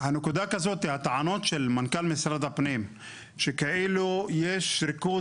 הטענות של מנכ"ל משרד הפנים שכאילו יש ריכוז